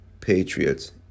Patriots